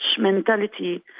mentality